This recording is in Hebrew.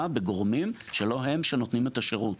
בגורמים שלא הם אלה שנותנים את השירות.